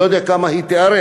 אני לא יודע כמה היא תארך,